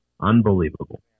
unbelievable